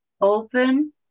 Open